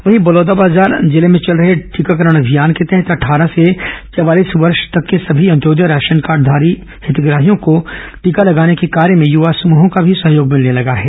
वहीं बलौदाबाजार जिले में चल रहे टीकाकरण अभियान के तहत अटठारह से चवालीस वर्ष तक के सभी अंत्योदय राशन कार्डधारी हितग्राहियों को टीका लगाने के कार्य में युवा समूहों का भी सहयोग भिलने लगा है